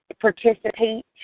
participate